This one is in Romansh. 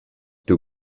tiu